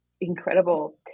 incredible